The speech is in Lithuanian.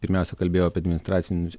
pirmiausia kalbėjau apie administracinius